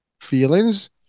feelings